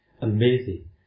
Amazing